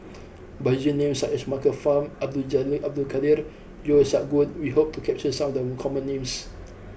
by using names such as Michael Fam Abdul Jalil Abdul Kadir Yeo Siak Goon we hope to capture some of the common names